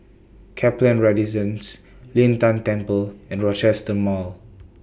Kaplan Residence Lin Tan Temple and Rochester Mall